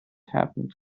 happened